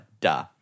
duh